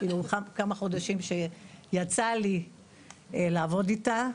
כמה חודשים שיצא לי לעבוד איתה.